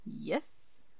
Yes